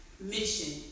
mission